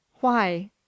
Why